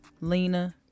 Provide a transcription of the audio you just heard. Lena